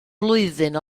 flwyddyn